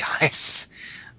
guys